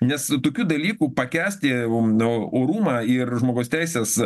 nes tokių dalykų pakęsti nu orumą ir žmogaus teises